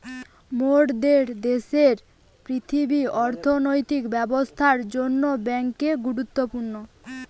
মোরদের দ্যাশের পৃথিবীর অর্থনৈতিক ব্যবস্থার জন্যে বেঙ্ক গুরুত্বপূর্ণ